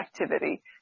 activity